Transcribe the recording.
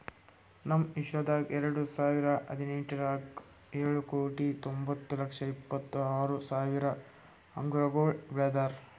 ನಮ್ ವಿಶ್ವದಾಗ್ ಎರಡು ಸಾವಿರ ಹದಿನೆಂಟರಾಗ್ ಏಳು ಕೋಟಿ ತೊಂಬತ್ತು ಲಕ್ಷ ಇಪ್ಪತ್ತು ಆರು ಸಾವಿರ ಅಂಗುರಗೊಳ್ ಬೆಳದಾರ್